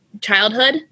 childhood